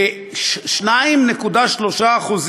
ב-2.3%,